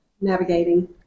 navigating